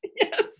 Yes